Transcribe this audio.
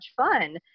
fun